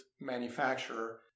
manufacturer